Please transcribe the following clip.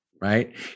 right